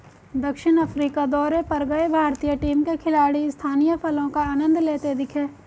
दक्षिण अफ्रीका दौरे पर गए भारतीय टीम के खिलाड़ी स्थानीय फलों का आनंद लेते दिखे